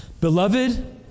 Beloved